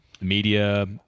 media